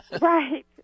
Right